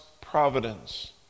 providence